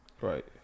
Right